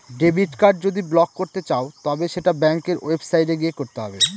debit card যদি block করতে চাও তবে সেটা ব্যাঙ্কের ওয়েবসাইটে গিয়ে করতে হবে